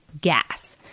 Gas